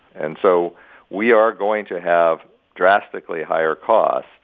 and so we are going to have drastically higher costs.